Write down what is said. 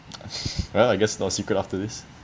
well I guess no secret after this